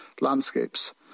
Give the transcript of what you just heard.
landscapes